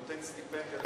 נותן סטיפנדיות,